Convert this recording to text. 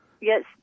Yes